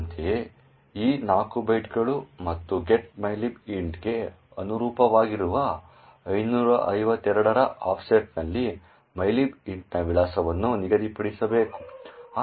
ಅಂತೆಯೇ ಈ 4 ಬೈಟ್ಗಳು ಮತ್ತು getmylib int ಗೆ ಅನುರೂಪವಾಗಿರುವ 552 ರ ಆಫ್ಸೆಟ್ನಲ್ಲಿ mylib int ನ ವಿಳಾಸವನ್ನು ನಿಗದಿಪಡಿಸಬೇಕು